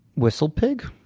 whistlepig?